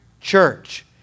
church